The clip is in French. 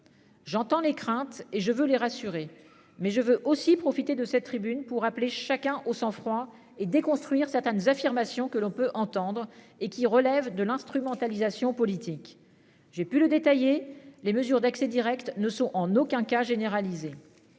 J'entends les craintes et je veux les rassurer mais je veux aussi profiter de cette tribune pour appelé chacun au sang-froid et déconstruire certaines affirmations que l'on peut entendre et qui relève de l'instrumentalisation politique. J'ai pu le détailler les mesures d'accès Direct ne sont en aucun cas généralisée.